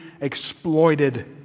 exploited